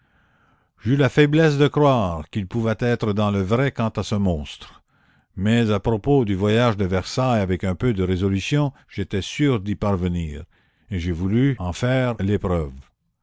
j'eus la faiblesse de croire qu'ils pouvaient être dans le vrai quant à ce monstre mais à propos du voyage de versailles avec la commune un peu de résolution j'étais sûre d'y parvenir et j'ai voulu en faire l'épreuve